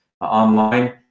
online